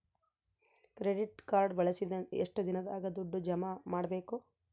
Credit card ಬಳಸಿದ ಎಷ್ಟು ದಿನದಾಗ ದುಡ್ಡು ಜಮಾ ಮಾಡ್ಬೇಕು?